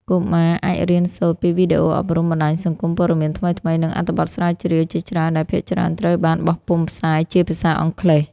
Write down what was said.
កុមារអាចរៀនសូត្រពីវីដេអូអប់រំ បណ្តាញសង្គម ពត៌មានថ្មីៗ និងអត្ថបទស្រាវជ្រាវជាច្រើនដែលភាគច្រើនត្រូវបានបោះពុម្ពផ្សាយជាភាសាអង់គ្លេស។